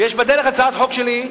יש בדרך הצעת חוק שלי,